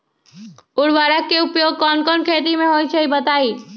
उर्वरक के उपयोग कौन कौन खेती मे होई छई बताई?